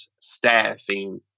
staffing